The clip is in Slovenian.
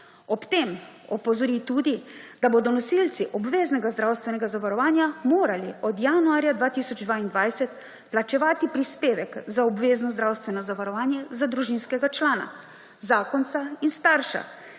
Ob tem opozori tudi, da bodo nosilci obveznega zdravstvenega zavarovanja morali od januarja 2022 plačevati prispevek za obvezno zdravstveno zavarovanje za družinskega člana, zakonca in starša,